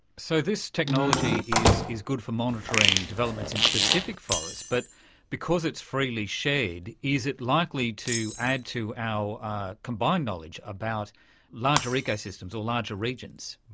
so this technology is is good for monitoring developments in specific forests, but because it is freely shared, is it likely to add to our combined knowledge about larger ecosystems or larger regions?